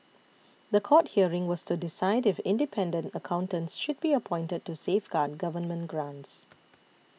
the court hearing was to decide if independent accountants should be appointed to safeguard government grants